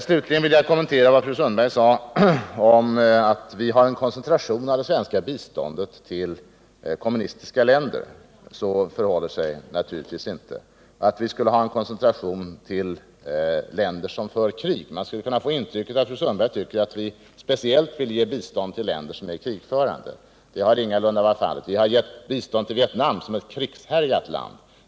Slutligen vill jag kommentera vad fru Sundberg sade om att vi har en koncentration av det svenska biståndet till kommunistiska länder och länder som för krig. Så förhåller det sig naturligtvis inte. Man skulle kunna få intrycket att fru Sundberg tror att vi speciellt vill ge bistånd till länder som är krigförande, men det har ingalunda varit fallet. Vi har gett bistånd till Vietnam, som är ett krigshärjat land.